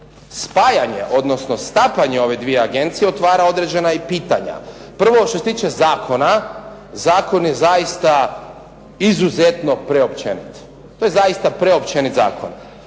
Spajanje, odnosno stapanje ovih dviju agencija otvara određena i pitanja. Prvo, što se tiče zakona. Zakon je zaista izuzetno preopćenit. To je zaista preopćenit zakon.